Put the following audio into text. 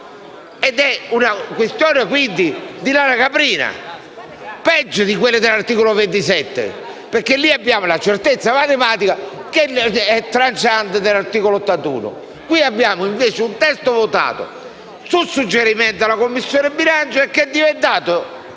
ed è una questione di lana caprina, peggio di quella dell'articolo 27, perché lì abbiamo la certezza matematica, che è tranciante, dell'articolo 81. Qui, invece, abbiamo un testo votato, su suggerimento della Commissione bilancio, e tutto